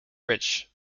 bridge